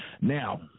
Now –